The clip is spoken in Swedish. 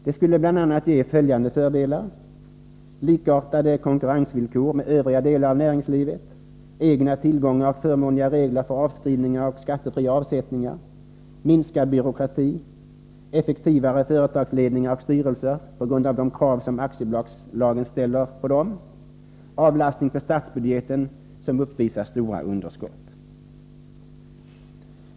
Det skulle bl.a. ge följande fördelar: likartad konkurrens med övriga delar av näringslivet, egna tillgångar och förmånliga regler för avskrivningar och skattefria avsättningar, minskad byråkrati, effektivare företagsledningar och styrelser på grund av de krav som aktiebolagslagen ställer på dem samt avlastning på statsbudgeten, som uppvisar stora underskott.